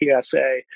PSA